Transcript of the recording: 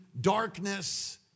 Darkness